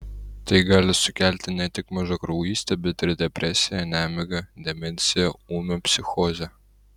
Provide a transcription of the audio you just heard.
tai gali sukelti ne tik mažakraujystę bet ir depresiją nemigą demenciją ūmią psichozę